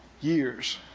years